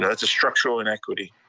you know that's a structural inequity.